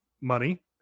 money